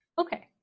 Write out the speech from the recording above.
okay